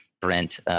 Brent